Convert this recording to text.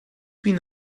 been